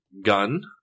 gun